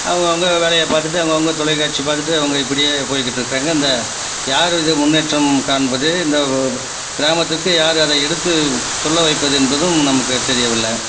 அவங்க அவங்க வேலையை பார்த்துட்டு அவங்க அவங்க தொலைக்காட்சி பார்த்துட்டு அவங்க இப்படியே போயிகிட்டுருக்காங்க இந்த யாரும் இது முன்னேற்றம் காண்பது இந்த கிராமத்துக்கு யாரு அதை எடுத்து சொல்ல வைப்பது என்பதும் நமக்கு தெரியவில்லை